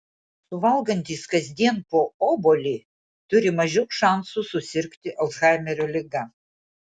suvalgantys kasdien po obuolį turi mažiau šansų susirgti alzhaimerio liga